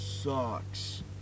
sucks